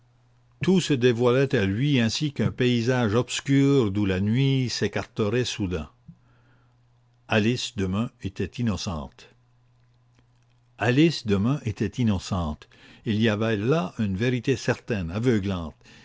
tout se dévoilait à lui ainsi qu'un paysage obscur d'où la nuit s'écarterait soudain alice demun était innocente il y avait là une vérité certaine aveuglante